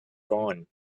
gone